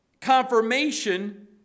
confirmation